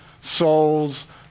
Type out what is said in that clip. souls